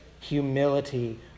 humility